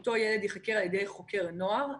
אותו ילד ייחקר על ידי חוקר נוער.